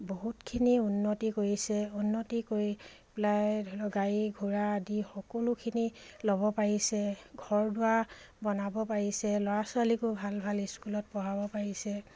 বহুতখিনি উন্নতি কৰিছে উন্নতি কৰি পেলাই ধৰক গাড়ী ঘোৰা আদি সকলোখিনি ল'ব পাৰিছে ঘৰ দুৱাৰ বনাব পাৰিছে ল'ৰা ছোৱালীকো ভাল ভাল স্কুলত পঢ়াব পাৰিছে